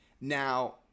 Now